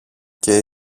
και